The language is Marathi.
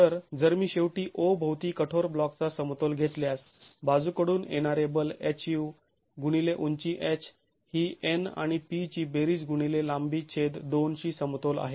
तर जर मी शेवटी O भोवती कठोर ब्लॉकचा समतोल घेतल्यास बाजूकडून येणारे बल Hu गुणिले उंची h ही N आणि P ची बेरीज गुणिले लांबी छेद २ शी समतोल आहे